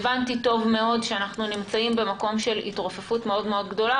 הבנתי טוב מאוד שאנחנו נמצאים במקום של התרופפות גדולה מאוד,